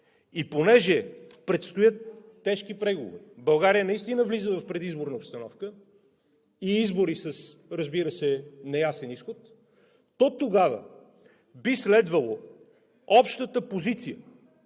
И понеже предстоят тежки преговори, България наистина влиза в предизборна обстановка и избори, разбира се, с неясен изход, то тогава би следвало общата позиция